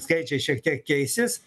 skaičiai šiek tiek keisis